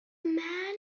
man